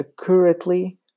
accurately